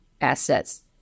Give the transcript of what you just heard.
assets